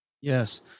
Yes